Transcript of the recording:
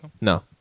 No